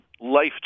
life